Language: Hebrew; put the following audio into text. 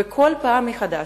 וכל פעם מחדש,